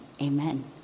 Amen